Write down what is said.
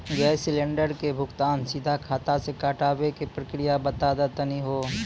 Gas cylinder के भुगतान सीधा खाता से कटावे के प्रक्रिया बता दा तनी हो?